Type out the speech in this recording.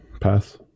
Pass